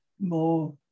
more